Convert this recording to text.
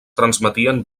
transmetien